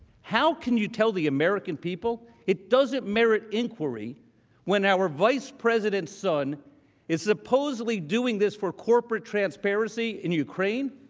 how can you tell the american people it doesn't merit inquiry when our vice president's son is supposedly doing this for corporate transparency in ukraine?